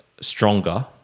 stronger